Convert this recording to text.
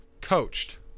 coached